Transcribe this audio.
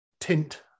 tint